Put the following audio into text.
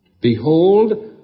Behold